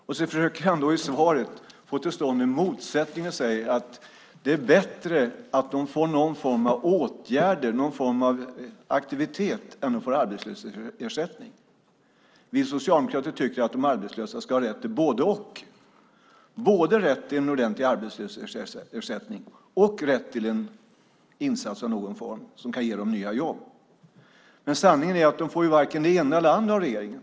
Sedan försöker han i svaret få till stånd en motsättning och säger att det är bättre att de får någon form av åtgärder, någon form av aktivitet, än att de får arbetslöshetsersättning. Vi socialdemokrater tycker att de arbetslösa ska ha rätt till både-och, både rätt till en ordentlig arbetslöshetsersättning och rätt till en insats av någon form som kan ge dem nya jobb. Sanningen är att de får varken det ena eller det andra av regeringen.